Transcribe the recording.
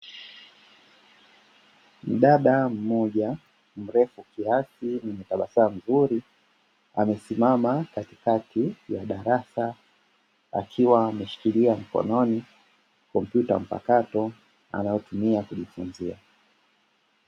Mdada mmoja mrefu kiasi mwenye tabasamu zuri, amesimama kati kati ya darasa akiwa ameshikilia mkononi komyuta mpakato, anayotumia kujifunzia.